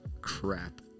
Crap